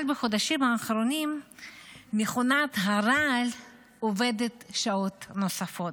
אבל בחודשים האחרונים מכונת הרעל עובדת שעות נוספות,